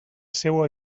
seua